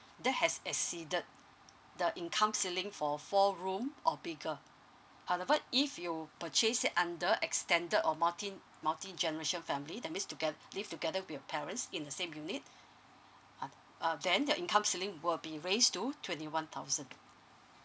that has exceeded the income ceiling for four room or bigger however if you purchase it under extended or multi multi generation family that means toge~ live together with your parents in the same unit uh err then your income ceiling will be raised to twenty one thousand